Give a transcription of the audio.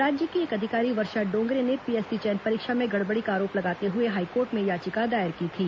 राज्य की एक अधिकारी वर्षा डोंगरे ने पीएससी चयन परीक्षा में गड़बड़ी का आरोप लगाते हुए हाईकोर्ट में याचिका दायर की थी